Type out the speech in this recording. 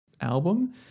album